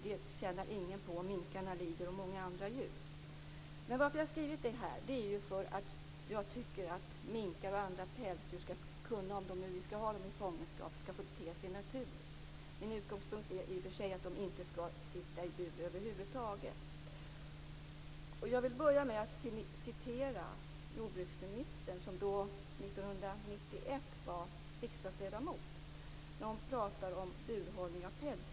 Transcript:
Det tjänar ingen på, och minkarna och många andra djur lider. Jag tycker att minkar och andra pälsdjur skall få bete sig naturligt, om vi nu skall ha dem i fångenskap. Min utgångspunkt är i och för sig att de inte skall sitta i bur över huvud taget. Jag vill börja med att citera jordbruksministern, som 1991 var riksdagsledamot, när hon pratar om burhållning av pälsdjur.